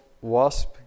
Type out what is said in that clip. wasp